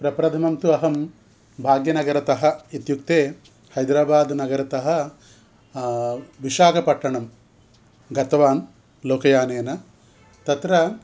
प्रथमन्तु अहं भाग्यनगरतः इत्युक्ते हैद्राबाद् नगरतः विशाखपट्टणं गतवान् लोकयानेन तत्र